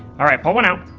alright pull one out.